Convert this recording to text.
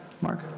Mark